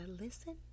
listen